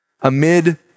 amid